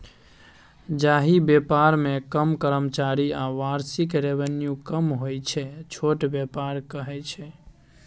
जाहि बेपार मे कम कर्मचारी आ बार्षिक रेवेन्यू कम होइ छै छोट बेपार कहय छै